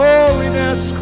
Holiness